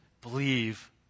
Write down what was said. believe